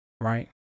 right